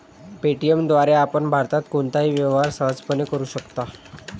Paytm द्वारे आपण भारतात कोणताही व्यवहार सहजपणे करू शकता